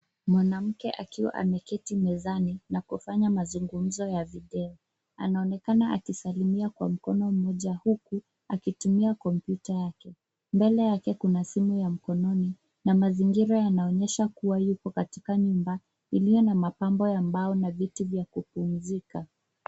Mwanamke akiwa ameketi mezani, na kufanya mazungumzo ya video. Anaonekana akisalimia kwa mkono mmoja, huku akitumia kompyuta yake. Mbele yake kuna simu ya mkononi, na mazingira yanaonyesha kuwa yupo katika nyumba, iliyo na mapambo ya mbao na viti vya kupumzika.